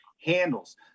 handles